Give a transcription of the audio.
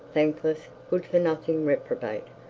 thankless, good-for-nothing reprobate.